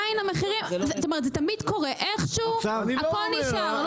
זה תמיד קורה, איכשהו הכול נשאר, לא יורד.